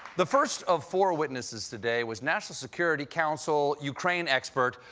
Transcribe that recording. the first of four witnesses today was national security council ukraine expert,